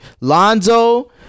Lonzo